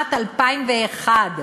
משנת 2001,